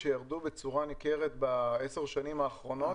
שירדו בצורה ניכרת ב-10 השנים האחרונות,